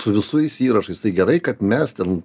su visuais įrašais tai gerai kad mes ten